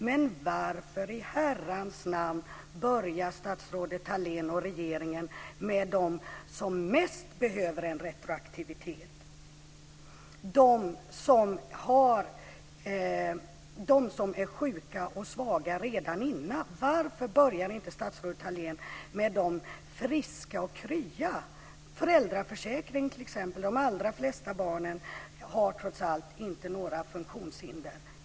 Men varför i herrans namn börjar statsrådet Thalén och regeringen med dem som mest behöver en retroaktivitet, dem som är sjuka och svaga redan innan? Varför börjar inte statsrådet Thalén med dem som är friska och krya? Det gäller t.ex. föräldraförsäkringen, eftersom de allra flesta barn trots allt inte har några funktionshinder.